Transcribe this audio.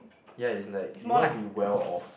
ya is like you want to be well off